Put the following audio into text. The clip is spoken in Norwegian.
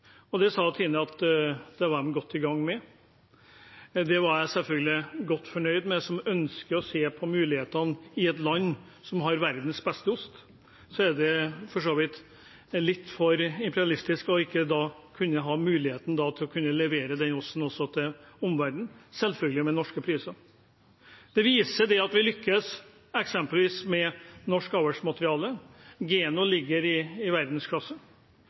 etterspørsel. Det sa Tine at de var godt i gang med. Det var jeg selvfølgelig godt fornøyd med. For meg, som ønsker å se på mulighetene i et land som har verdens beste ost, er det litt for imperialistisk ikke da å kunne ha mulighet til å levere den osten til omverdenen – selvfølgelig med norske priser. Det viser seg at vi lykkes, f.eks. med norsk avlsmateriale. Geno er i verdensklasse.